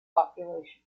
population